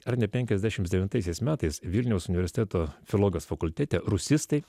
ar ne penkiasdešimt devintaisiais metais vilniaus universiteto filologijos fakultete rusistai